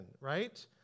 right